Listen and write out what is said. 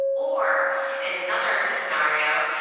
or in another scenario,